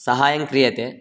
सहायं क्रियते